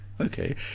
Okay